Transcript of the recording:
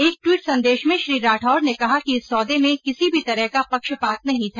एक टवीट संदेश में श्री राठौड़ ने कहा कि इस सौदे में किसी भी तरह का पक्षपात नहीं था